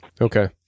okay